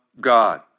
God